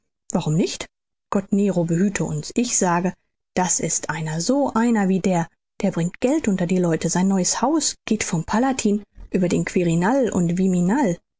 warum nicht gott nero behüte uns ich sage das ist einer so einer wie der der bringt geld unter die leute sein neues haus geht vom palatin über den quirinal und viminal